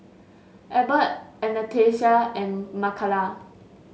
Ebert Anastacia and Makala